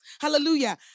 Hallelujah